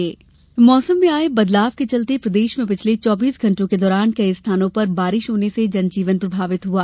मौसम मौसम में आये बदलाव के चलते प्रदेश में पिछले चौबीस घंटों के दौरान कई स्थानों पर बारिश होने से जनजीवन प्रभावित हुआ